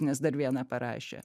nes dar vieną parašė